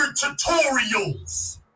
tutorials